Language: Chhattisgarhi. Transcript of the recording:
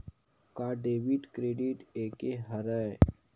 का डेबिट क्रेडिट एके हरय?